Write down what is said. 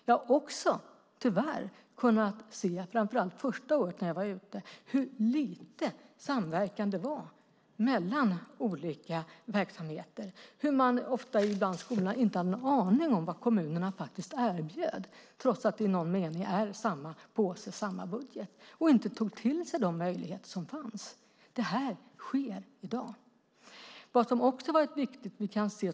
Jag har också tyvärr kunnat se, framför allt första året när jag var ute, hur lite samverkan det var mellan olika verksamheter, hur man ofta bland skolorna inte hade en aning om vad kommunerna faktiskt erbjöd, trots att det i någon mening är samma påse och samma budget. Man tog inte till sig de möjligheter som fanns, men det sker i dag. Vad som också har varit viktigt är att få med elevernas eget perspektiv.